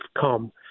come